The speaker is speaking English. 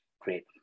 Great